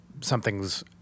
something's